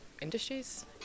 industries